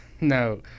No